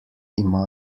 ima